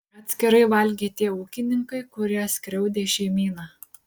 atskirai valgė tie ūkininkai kurie skriaudė šeimyną